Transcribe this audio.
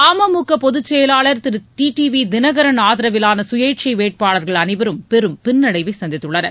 அமமுக பொதுச்செயலாளர் திரு T T V Dhinakaran ஆதரவிலான சுயேச்சை வேட்பாளர்கள் அனைவரும் பெரும் பின்னடைவை சந்தித்துள்ளனர்